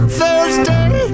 Thursday